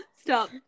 stop